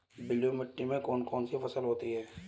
बलुई मिट्टी में कौन कौन सी फसल होती हैं?